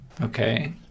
okay